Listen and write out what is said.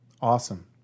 awesome